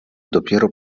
dopiero